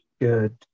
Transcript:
good